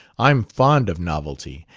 i'm fond of novelty,